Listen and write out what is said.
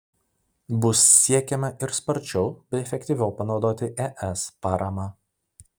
bus siekiama ir sparčiau bei efektyviau panaudoti es paramą